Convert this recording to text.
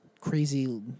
crazy